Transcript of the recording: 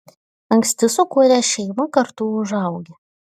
anksti sukūręs šeimą kartu užaugi